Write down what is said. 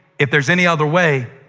if there's any other way,